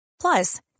plus